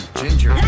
ginger